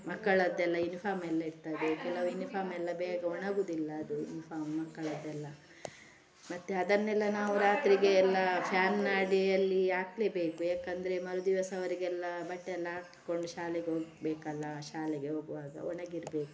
ಮಕ್ಕಳದ್ದೆಲ್ಲ uniform ಎಲ್ಲ ಇರ್ತದೆ ಕೆಲವು ಯುನಿಫಾರ್ಮ್ ಎಲ್ಲ ಬೇಗ ಒಣಗೋದಿಲ್ಲ ಅದು ಯುನಿಫಾರ್ಮ್ ಮಕ್ಕಳದ್ದೆಲ್ಲ ಮತ್ತೆ ಅದನ್ನೆಲ್ಲ ನಾವು ರಾತ್ರಿಗೆ ಎಲ್ಲಾ ಫ್ಯಾನಿನ ಅಡಿಯಲ್ಲಿ ಹಾಕ್ಲೇಬೇಕು ಯಾಕೆಂದ್ರೆ ಮರು ದಿವಸ ಅವರಿಗೆಲ್ಲ ಬಟ್ಟೆ ಎಲ್ಲ ಹಾಕಿಕೊಂಡು ಶಾಲೆಗೆ ಹೋಗ್ಬೇಕಲ್ಲ ಶಾಲೆಗೆ ಹೋಗುವಾಗ ಒಣಗಿರಬೇಕು